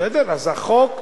אין דבר כזה, יש חוק.